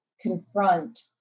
confront